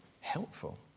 helpful